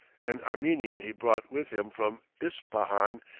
an armenian he brought with him from ispahan,